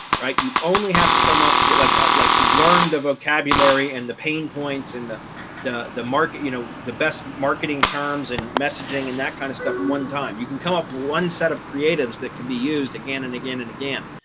right? you only have to come up with like, like learn the vocabulary and the pain points and the the market, you know, the best marketing terms and messaging and that kind of stuff. one time you can come up with one set of creatives that can be used again and again and again.